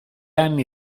anni